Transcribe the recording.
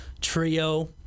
Trio